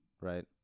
right